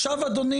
עכשיו אדוני,